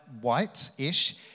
white-ish